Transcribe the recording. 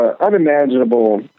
unimaginable